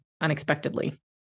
unexpectedly